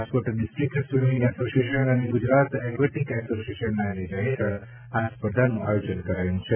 Rajkot district swimming association અને Gujarat aquatic એશોસિએશનના નેજા હેઠળ આ સ્પર્ધાનું આયોજન કરાયું છે